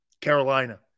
Carolina